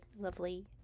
lovely